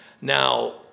Now